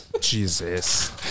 Jesus